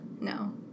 no